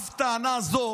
אף בטענה זו